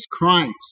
Christ